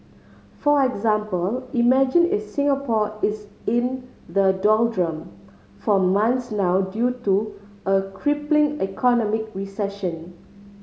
for example imagine is Singapore is in the doldrum for months now due to a crippling economic recession